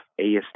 ASD